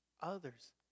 Others